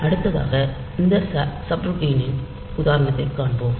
அடுத்ததாக இந்த சப்ரூட்டினின் உதாரணத்தைக் காண்போம்